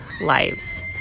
lives